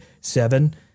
seven